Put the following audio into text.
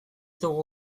dugu